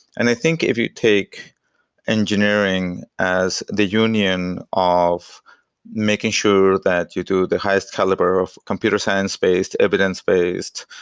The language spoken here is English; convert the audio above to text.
and i think if you take engineering as the union of making sure that you do the highest caliber of computer science based, evidence-based,